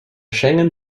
schengen